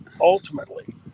ultimately